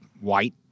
white